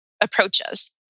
approaches